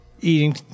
eating